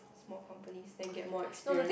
small company then get more experience